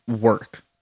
work